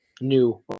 new